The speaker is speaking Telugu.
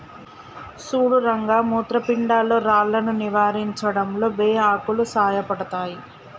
సుడు రంగ మూత్రపిండాల్లో రాళ్లను నివారించడంలో బే ఆకులు సాయపడతాయి